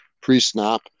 pre-snap